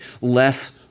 less